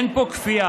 אין פה כפייה.